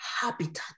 habitat